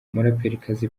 umuraperikazi